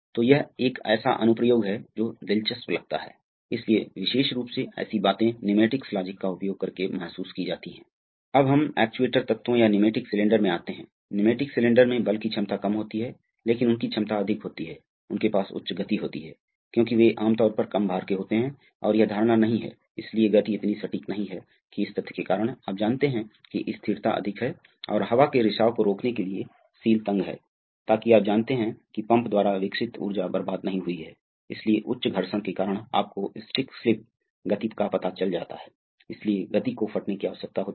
अतः तो फिर क्या होगा यह है कि यह प्रवाह होगा तो यह सीधे इस चेक वाल्व से होकर बहेगा सीधे और यह सीधे वापसी करेगा यह वास्तव में यहाँ वापस आ जाएगा और यह टैंक से जुड़ जाएगा इसलिए यह एक बहुत ही पारंपरिक विधा है तो इस मामले में यह होगा वहाँ है कोई दबाव की आवश्यकता नहीं है और यह होगा यह वापस आ जाएगा इतने पर केवल लाभ यह है कि जब से हम हैं हमारे पास उच्च बल की आवश्यकता है